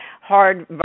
hard